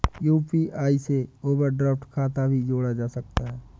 UPI से overdraft खाता भी जोड़ा जा सकता है